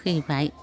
फैबाय